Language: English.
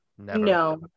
No